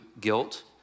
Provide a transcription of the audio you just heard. guilt